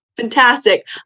fantastic